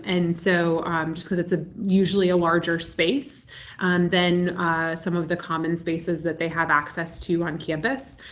and so just because it's a usually a larger space than some of the common spaces that they have access to on campus.